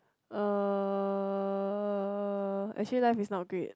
uh actually life is not great